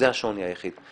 זה השוני היחיד.